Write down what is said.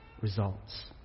results